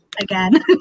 again